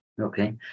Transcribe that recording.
okay